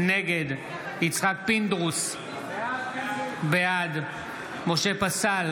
נגד יצחק פינדרוס, בעד משה פסל,